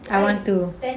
I want to